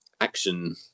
action